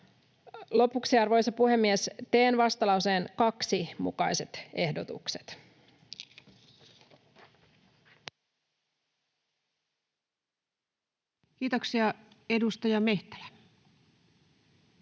Lopuksi, arvoisa puhemies, teen vastalauseen 2 mukaiset ehdotukset. Kiitoksia. — Edustaja Mehtälä,